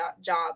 job